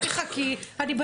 מה